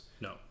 no